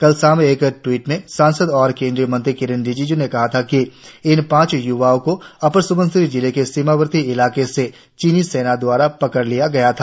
कल शाम एक ट्वीट में सांसद और केंद्रीय मंत्री किरेन रिजिज् ने कहा था कि इन पांच य्वको को अपर स्बनसिरी जिले के सीमावर्ती इलाके से चीनी सेना द्वारा पकड़ लिया गया था